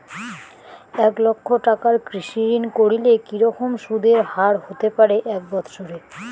এক লক্ষ টাকার কৃষি ঋণ করলে কি রকম সুদের হারহতে পারে এক বৎসরে?